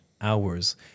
hours